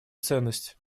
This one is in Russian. ценность